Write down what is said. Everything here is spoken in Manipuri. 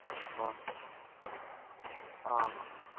ꯑ ꯑꯥ